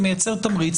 זה מייצר תמריץ.